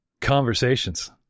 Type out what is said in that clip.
conversations